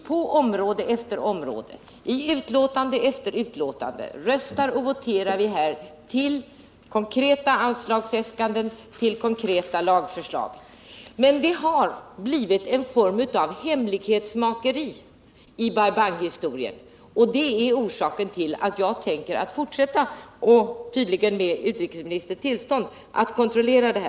På område efter område voterar vi om konkreta anslagsäskanden och konkreta lagförslag som framställs i utskottsbetänkanden, men det har blivit en form av hemlighetsmakeri i Bai Bang-historien. Det är orsaken till att jag tänker fortsätta, tydligen med utrikesministerns tillstånd, att kontrollera detta.